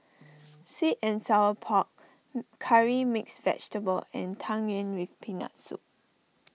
Sweet and Sour Pork Curry Mixed Vegetable and Tang Yuen with Peanut Soup